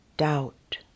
doubt